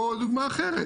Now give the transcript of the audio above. או דוגמה אחרת